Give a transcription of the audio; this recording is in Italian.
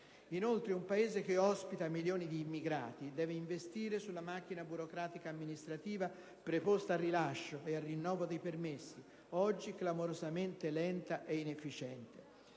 Inoltre, un Paese che ospita milioni di immigrati deve investire sulla macchina burocratico-amministrativa preposta al rilascio e al rinnovo dei permessi di soggiorno, oggi clamorosamente lenta ed inefficiente.